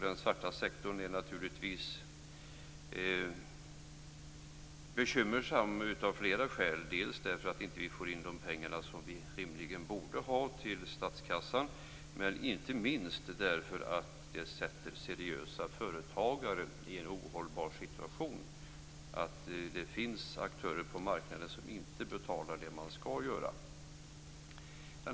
Den svarta sektorn är naturligtvis bekymmersam av flera skäl dels därför att vi inte får in de pengar som vi rimligen borde ha till statskassan, dels, och inte minst, därför att det sätter seriösa företagare i en ohållbar situation när det finns aktörer på marknaden som inte betalar det som skall betalas.